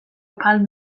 palm